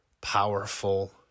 powerful